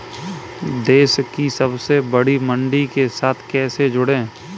देश की सबसे बड़ी मंडी के साथ कैसे जुड़ें?